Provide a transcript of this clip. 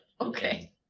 okay